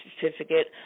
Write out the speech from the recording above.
certificate